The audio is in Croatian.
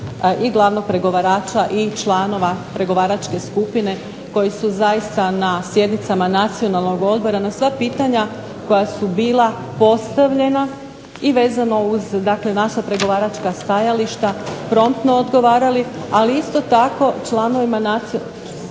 i glavnog pregovarača i članova pregovaračke skupine koji su zaista na sjednicama Nacionalnog odbora na sva pitanja koja su bila postavljena i vezano uz naša pregovaračka stajališta promptno odgovarali, ali isto tako članovima Nacionalnog odbora